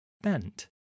bent